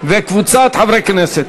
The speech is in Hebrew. הרווחה והבריאות נתקבלה.